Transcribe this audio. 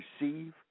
receive